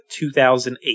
2008